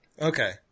Okay